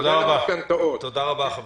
תודה רבה.